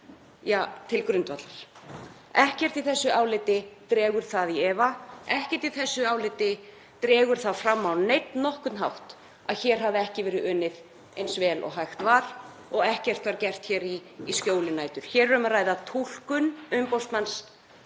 til grundvallar. Ekkert í þessu áliti dregur það í efa. Ekkert í þessu áliti dregur það fram á nokkurn hátt að hér hafi ekki verið unnið eins vel og hægt var og ekkert var gert í skjóli nætur. Hér er um að ræða túlkun umboðsmanns